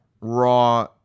Raw